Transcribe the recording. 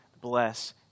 bless